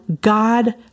God